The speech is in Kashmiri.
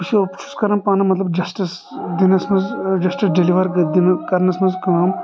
بہٕ چھو بہٕ چھُس کران پانہٕ مطلب جسٹٕس دِنس منٛز جسٹٕس ڈیٚلِور دِنہٕ کرنس منٛز کٲم